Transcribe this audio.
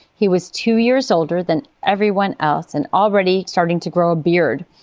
he was two years older than everyone else and already starting to grow a beard.